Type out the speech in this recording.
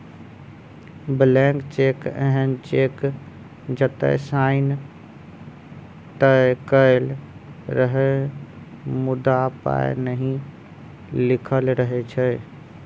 blank cheque एहन cheque जतय sign तए कएल रहय मुदा पाइ नहि लिखल रहै छै